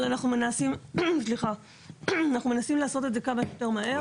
אבל אנחנו מנסים לעשות את זה כמה שיותר מהר.